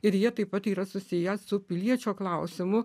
ir jie taip pat yra susiję su piliečio klausimu